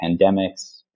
pandemics